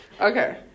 Okay